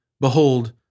behold